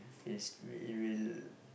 is it will